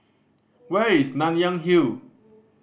where is Nanyang Hill